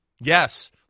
Yes